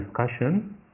discussion